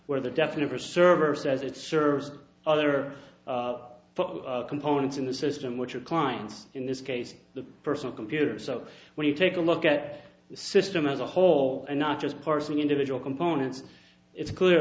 where the definitely server says it serves other components in the system which are clients in this case the personal computer so when you take a look at the system as a whole and not just parsing individual components it's clear